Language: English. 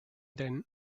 then